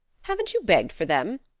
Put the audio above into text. haven't you begged for them?